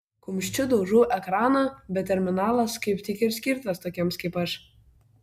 kumščiu daužau ekraną bet terminalas kaip tik ir skirtas tokiems kaip aš